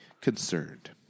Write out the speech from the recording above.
concerned